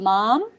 Mom